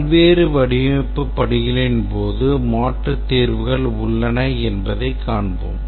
பல்வேறு வடிவமைப்பு படிகளின் போது மாற்று தீர்வுகள் உள்ளன என்பதைக் காண்போம்